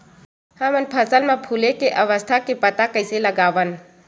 हमन फसल मा फुले के अवस्था के पता कइसे लगावन?